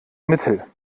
mittel